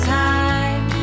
time